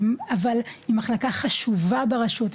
אבל היא מחלקה חשובה ברשות,